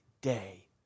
day